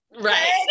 right